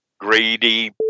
greedy